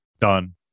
done